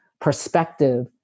perspective